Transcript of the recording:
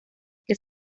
que